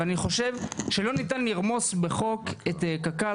אבל אני חושב שלא ניתן לרמוס בחוק את קק"ל,